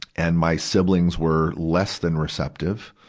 and my siblings were less than receptive.